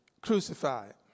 crucified